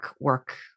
work